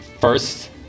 first